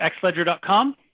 xledger.com